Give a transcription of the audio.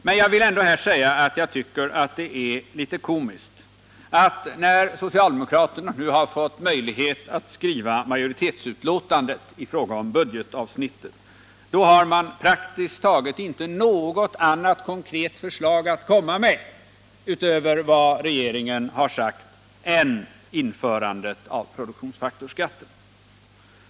Men jag vill ändå säga att jag tycker att det är litet komiskt att när socialdemokraterna nu har fått möjlighet att skriva majoritetsutlåtandet i fråga om budgetavsnittet, så har de praktiskt taget inte något annat konkret förslag i fråga om budgetpolitiken utöver vad regeringen föreslagit än införandet av promsen.